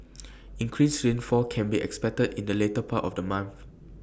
increased rainfall can be expected in the later part of the month